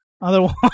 Otherwise